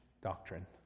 doctrine